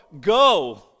go